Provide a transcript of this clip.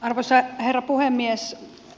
arvoisa herra puhemies